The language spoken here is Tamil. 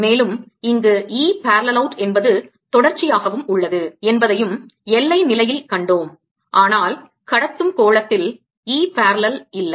மேலும் இங்கு E parallel out என்பது தொடர்ச்சியாகவும் உள்ளது என்பதையும் எல்லை நிலையில் கண்டோம் ஆனால் கடத்தும் கோளத்தில் E parallel இல்லை